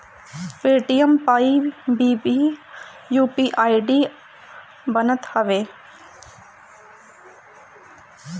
Paytm पअ भी UPI ID बनत हवे